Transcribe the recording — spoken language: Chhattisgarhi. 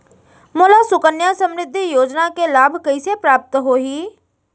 मोला सुकन्या समृद्धि योजना के लाभ कइसे प्राप्त होही?